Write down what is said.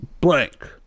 Blank